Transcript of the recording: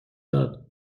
داد